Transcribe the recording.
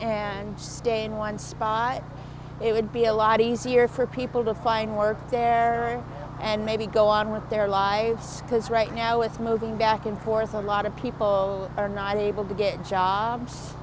and stay in one spot it would be a lot easier for people to find work there and maybe go on with their lives because right now with moving back and forth a lot of people are not able to get jobs